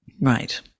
Right